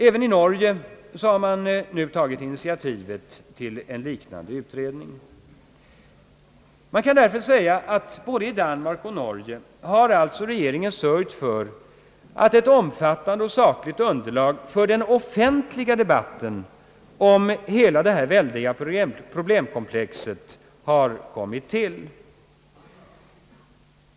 Även i Norge har man tagit initiativet till en liknande utredning. Man kan därför säga att både i Danmark och i Norge regeringarna har sörjt för ett omfattande och sakligt underlag för den offentliga debatten om hela detta väldiga problemkomplex.